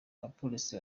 abapolisi